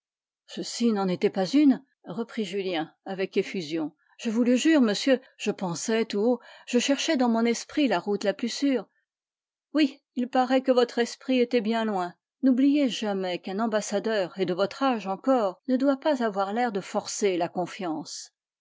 n'en était pas une reprit julien avec effusion je vous le jure monsieur je pensais tout haut je cherchais dans mon esprit la route la plus sûre oui il paraît que votre esprit était bien loin n'oubliez jamais qu'un ambassadeur et de votre âge encore ne doit pas avoir l'air de forcer la confiance